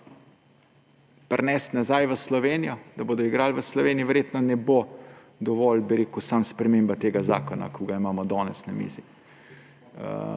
privesti nazaj v Slovenijo, da bodo igrali v Sloveniji, verjetno ne bo dovolj samo sprememba tega zakona, ki ga imamo danes na mizi.